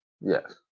Yes